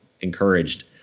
encouraged